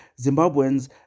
Zimbabweans